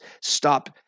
stop